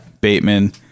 Bateman